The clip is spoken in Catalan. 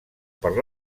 per